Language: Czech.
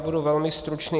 Budu velmi stručný.